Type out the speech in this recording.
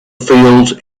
fields